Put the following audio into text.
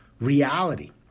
reality